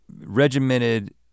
regimented